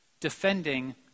defending